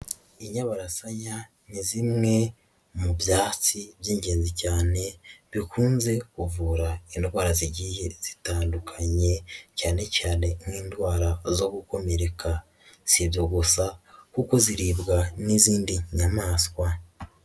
Inyabarasanya ni zimwe mu byatsi by'ingenzi cyane bikunze kuvura indwaragiye zitandukanye cyane cyane n'indwara zo gukomereka. Sibyo gusa kuko ziribwa n'izindi nyamaswa.